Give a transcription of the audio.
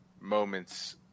moments